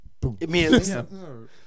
boom